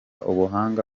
ubuhanga